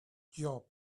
job